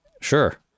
sure